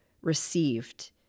received